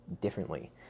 differently